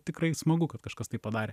tikrai smagu kad kažkas taip padarė